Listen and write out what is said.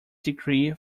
degree